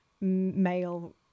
male